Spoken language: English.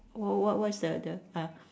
what what what's the the part